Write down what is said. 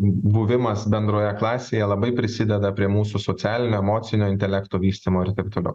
buvimas bendroje klasėje labai prisideda prie mūsų socialinio emocinio intelekto vystymo ir taip toliau